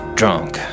drunk